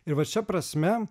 ir vat šia prasme